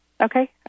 Okay